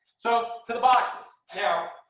so to the boxes. now